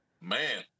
man